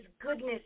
goodness